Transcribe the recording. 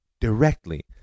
directly